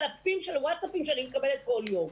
אלפים של ווטסאפים שאני מקבלת כל יום.